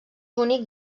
únic